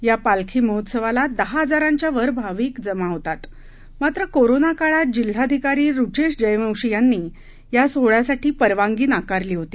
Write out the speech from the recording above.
या पालखी महोत्सवाला दहा हजारांच्या वर भाविक जमा होतात मात्र कोरोना काळात जिल्हाधिकारी रुचेश जयवंशी यांनी या सोहळ्यासाठी परवानगी नाकारली होती